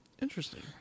Interesting